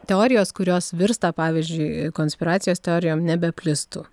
teorijos kurios virsta pavyzdžiui konspiracijos teorijom nebeplistų